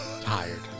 Tired